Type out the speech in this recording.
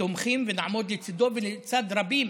תומכים ונעמוד לצידו ולצד רבים